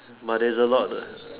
but there is a lot lah